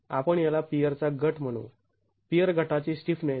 आपण याला पियर चा गट म्हणू पियर गटाची स्टिफनेस